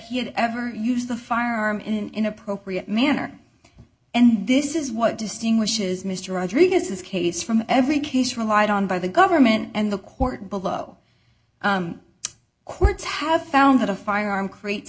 he had ever used the firearm in inappropriate manner and this is what distinguishes mr rodriguez this case from every case relied on by the government and the court below courts have found that a firearm creates